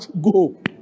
go